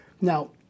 Now